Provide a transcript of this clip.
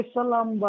Salam